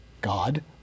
God